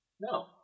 no